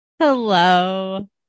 hello